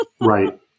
Right